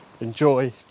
enjoy